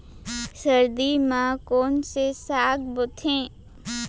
सर्दी मा कोन से साग बोथे?